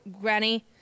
Granny